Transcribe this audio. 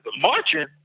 marching